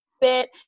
bit